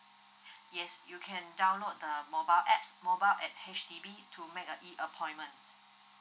yes you can download the mobile apps mobile at H_D_B to make a E appointment